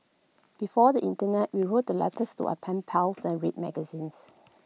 before the Internet we wrote the letters to our pen pals and read magazines